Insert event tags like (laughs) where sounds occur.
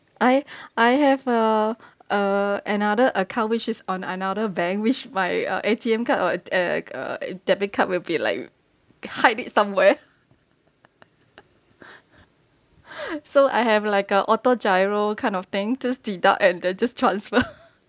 I (breath) I have uh uh another account which is on another bank which my uh A_T_M card or uh uh uh debit card will be like hide it somewhere (laughs) (breath) so I have like uh auto GIRO kind of thing just deduct and they just transfer (laughs)